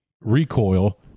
recoil